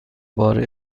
بار